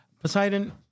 Poseidon